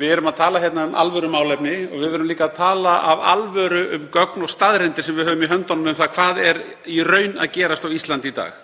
Við erum að tala hérna um alvörumálefni og við verðum líka að tala af alvöru um gögn og staðreyndir sem við höfum í höndunum um það hvað er í raun að gerast á Íslandi í dag.